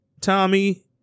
Tommy